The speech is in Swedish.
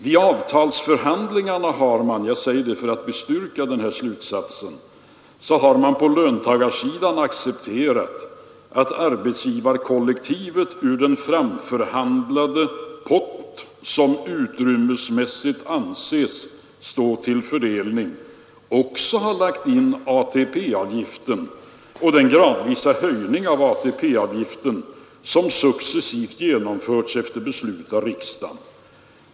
— ”Vid avtalsförhandlingarna har man” — det sade jag för att bestyrka den slutsatsen — ”på löntagarsidan accepterat att arbetsgivarkollektivet ur den framförhandlade pott som utrymmesmässigt anses stå till fördelning också har lagt in ATP-avgiften och den gradvisa höjning av ATP-avgiften som successivt genomförts efter beslut av riksdagen.